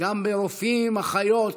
גם ברופאים, באחיות,